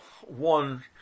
one